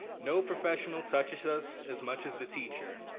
no professional touches us as much as the teacher.